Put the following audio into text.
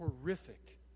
horrific